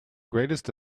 greatest